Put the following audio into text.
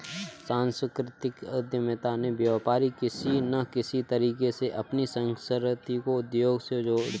सांस्कृतिक उद्यमिता में व्यापारी किसी न किसी तरीके से अपनी संस्कृति को उद्योग से जोड़ते हैं